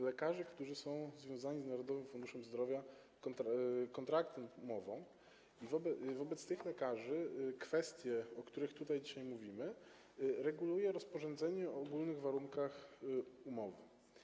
Mamy lekarzy, którzy są związani z Narodowym Funduszem Zdrowia kontraktem lub umową, i wobec tych lekarzy kwestie, o których tutaj dzisiaj mówimy, reguluje rozporządzenie o ogólnych warunkach umowy.